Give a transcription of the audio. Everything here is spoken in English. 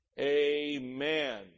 amen